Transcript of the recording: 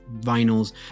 vinyls